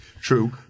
True